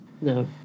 No